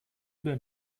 denn